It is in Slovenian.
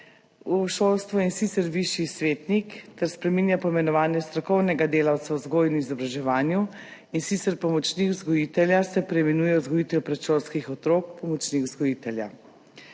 v šolstvu, in sicer višji svetnik ter spreminja poimenovanje strokovnega delavca v vzgoji in izobraževanju, in sicer pomočnik vzgojitelja se preimenuje vzgojitelj predšolskih otrok, pomočnik vzgojitelja.